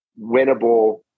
winnable